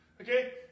Okay